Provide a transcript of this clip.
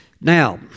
Now